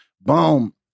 Boom